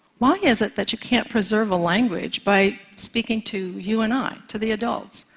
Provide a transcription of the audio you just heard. why is it that you can't preserve a language by speaking to you and i, to the adults?